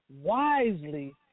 wisely